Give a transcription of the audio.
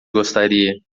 gostaria